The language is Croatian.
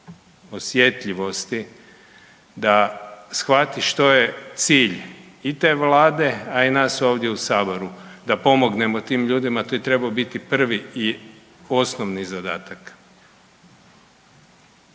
osjetljivosti da shvati što je cilj i te Vlade, a i nas ovdje u Saboru, da pomognemo tim ljudima, to je trebao biti prvi i osnovni zadatak.